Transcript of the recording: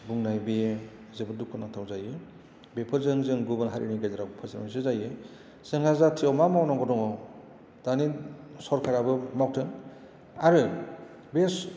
बुंनाय बेयो जोबोद दुखुनांथाव जायो बेफोरजों जों गुबुन हारिनि गेजेराव फोसावनायसो जायो जोंहा जाथिआव मा मावनांगौ दङ दानि सरकाराबो मावथों आरो बेस